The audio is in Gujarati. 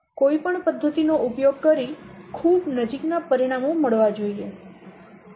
કોઈ પણ પદ્ધતિનો ઉપયોગ કરી ખૂબ નજીકના પરિણામો મળવા જોઈએ